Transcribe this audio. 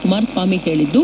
ಕುಮಾರಸ್ವಾಮಿ ಹೇಳಿದ್ದು